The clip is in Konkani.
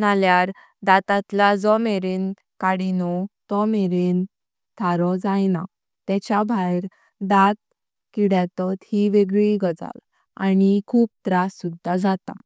नल्यार दातांतला जो मेटें जातीनोव तो मेटें थारो जायना। तेच्या भायर दात किड्यातात यी वेगली गोष्ट आनी खूप त्रास सुधा जाता।